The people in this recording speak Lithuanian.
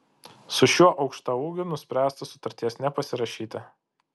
su šiuo aukštaūgiu nuspręsta sutarties nepasirašyti